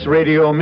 Radio